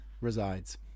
resides